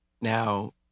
Now